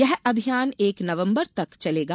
यह अभियान एक नवंबर तक चलेगा